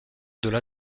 delà